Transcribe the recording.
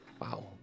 Wow